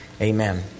Amen